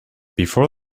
before